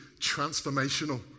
transformational